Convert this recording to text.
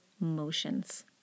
motions